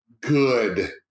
good